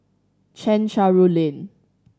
Chencharu Lane